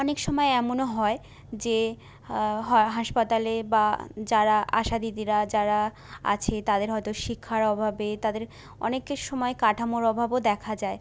অনেক সময় এমনও হয় যে হাসপাতালে বা যারা আশা দিদিরা যারা আছে তাদের হয়তো শিক্ষার অভাবে তাদের অনেকের সময় কাঠামোর অভাবও দেখা যায়